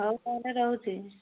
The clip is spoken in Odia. ହଉ ତା'ହଲେ ରହୁଛି